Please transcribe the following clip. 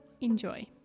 Enjoy